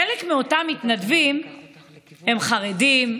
חלק מאותם מתנדבים הם חרדים,